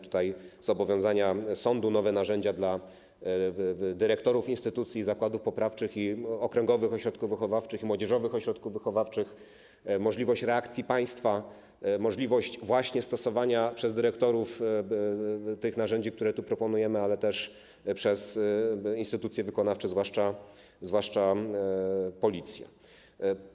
Tutaj są zobowiązania sądu, nowe narzędzia dla dyrektorów instytucji, zakładów poprawczych, okręgowych ośrodków wychowawczych i młodzieżowych ośrodków wychowawczych, możliwość reakcji państwa, możliwość stosowania przez dyrektorów tych narzędzi, które proponujemy, ale też przez instytucje wykonawcze, zwłaszcza Policję.